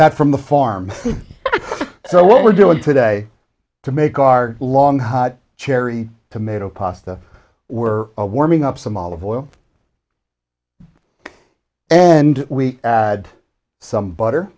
that from the farm so what we're doing today to make our long hot cherry tomato pasta were a warming up some olive oil and we had some butter